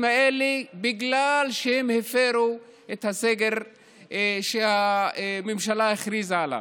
האלה בגלל שהם הפרו את הסגר שהממשלה הכריזה עליו.